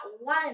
one